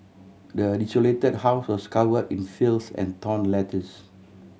the desolated house was covered in filth and torn letters